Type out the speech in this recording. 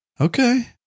Okay